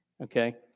Okay